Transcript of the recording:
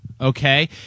okay